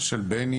של בני